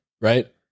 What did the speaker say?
right